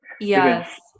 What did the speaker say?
Yes